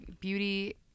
beauty